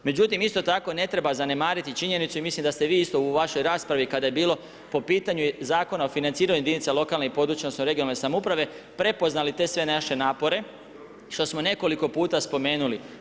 Međutim, isto tako ne treba zanemariti činjenicu i mislim da ste vi isto u vašoj raspravi kada je bilo po pitanju Zakona o financiranju jedinica lokalne i područne odnosno regionalne samouprave prepoznali te sve naše napore što smo nekoliko puta spomenuli.